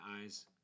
eyes